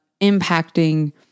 impacting